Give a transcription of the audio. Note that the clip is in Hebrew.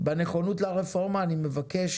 בנכונות לרפורמה, אני מבקש